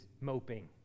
moping